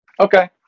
Okay